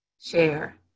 share